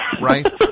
Right